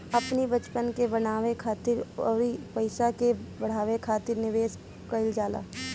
अपनी बचत के बनावे खातिर अउरी पईसा के बढ़ावे खातिर निवेश कईल जाला